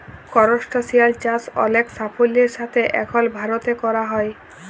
করসটাশিয়াল চাষ অলেক সাফল্যের সাথে এখল ভারতে ক্যরা হ্যয়